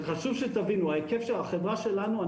עכשיו חשוב לי שתבינו את ההיקף של החברה שלנו,